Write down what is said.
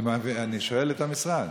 אני שואל את המשרד.